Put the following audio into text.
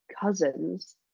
cousins